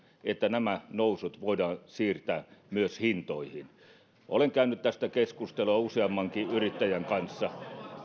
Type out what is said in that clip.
että nämä nousut voidaan siirtää myös hintoihin olen käynyt tästä keskustelua useammankin yrittäjän kanssa